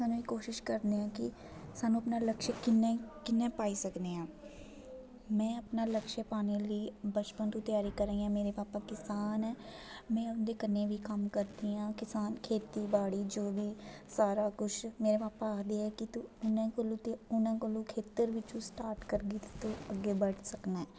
सानूं एह् कोशिश करने आं कि सानूं अपना लक्ष्य कि'यां कि'यां पाई सकने आं में अपना लक्ष्य पाने लेई बचपन तों तेआरी करा दियां मेरे भापा किसान ऐ में उं'दे कन्नै बी कम्म करदी आं खेत्ती बाड़ी जो बी सारा कुछ मेरे भापा आखदे ऐ कि तू हूनै कोलु ते हूनै कोलु खेत्तर बिचु तू स्टार्ट करगी तू अग्गें बढ़ सकना ऐ